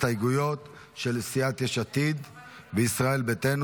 הסתייגויות של סיעת יש עתיד וסיעת ישראל ביתנו.